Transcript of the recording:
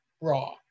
raw